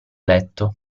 letto